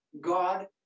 God